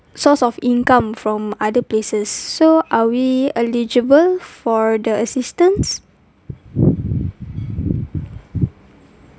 source of income from other places so are we eligible for the assistance